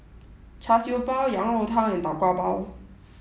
Char Siew Bao Yang Rou Tang and Tau Kwa Pau